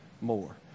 more